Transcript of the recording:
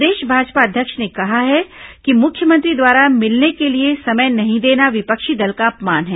प्रदेश भाजपा अध्यक्ष ने कहा है कि मुख्यमंत्री द्वारा मिलने के लिए समय नहीं देना विपक्षी दल का अपमान है